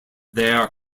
their